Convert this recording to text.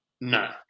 No